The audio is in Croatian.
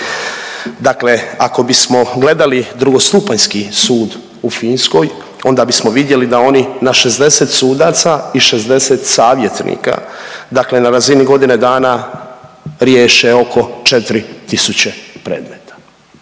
Dakle, ako bismo gledali drugostupanjsku sud u Finskoj, onda bismo vidjeli da oni na 60 sudaca i 60 savjetnika, dakle na razini godine dana riješe oko 4000 predmeta.